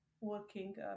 working